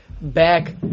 back